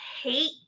hate